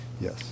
Yes